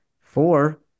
four